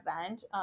event